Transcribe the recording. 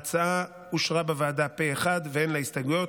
ההצעה אושרה בוועדה פה אחד ואין לה הסתייגויות.